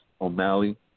O'Malley